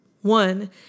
One